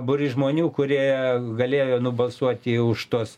būrys žmonių kurie galėjo nubalsuoti už tuos